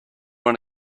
want